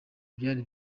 byari